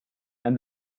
and